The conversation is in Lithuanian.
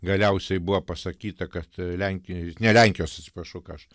galiausiai buvo pasakyta kad lenkijoj ne lenkijos atsiprašau ką aš